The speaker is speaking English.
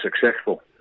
successful